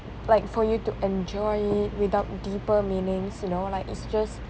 like for you to enjoy without deeper meanings you know like it's just